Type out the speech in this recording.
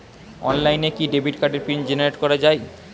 অনলাইনে কি ডেবিট কার্ডের পিন জেনারেট করা যায়?